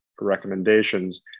recommendations